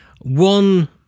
one